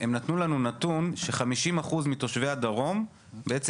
הם נתנו לנו נתון ש-50 אחוז מתושבי הדרום בעצם